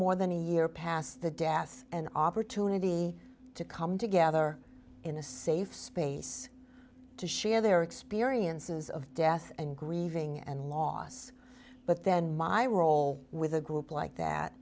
more than a year past the death and opportunity to come together in a safe space to share their experiences of death and grieving and loss but then my role with a group like that